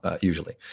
usually